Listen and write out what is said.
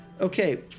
Okay